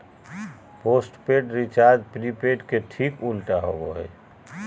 postpaid recharge prepaid के ठीक उल्टा होबो हइ